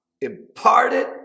imparted